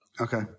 Okay